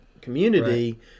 community